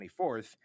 24th